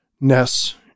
ness